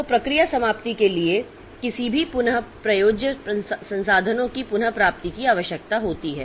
तो प्रक्रिया समाप्ति के लिए किसी भी पुन प्रयोज्य संसाधनों की पुनः प्राप्ति की आवश्यकता होती है